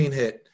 hit